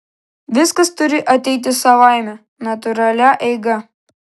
viskas turi ateiti savaime natūralia eiga